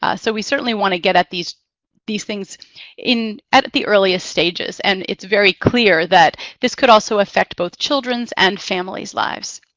ah so we certainly want to get at these these things at at the earliest stages. and it's very clear that this could also affect both children's and family's lives,